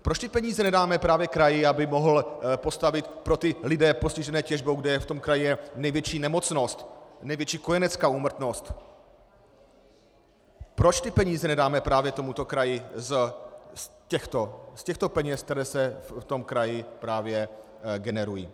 Proč ty peníze nedáme právě kraji, aby mohl postavit pro lidi postižené těžbou, kde je v tom kraji největší nemocnost, největší kojenecká úmrtnost, proč ty peníze nedáme právě tomuto kraji z těchto peněz, které se v tom kraji právě generují?